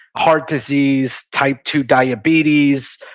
heart disease, type two diabetes.